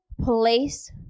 place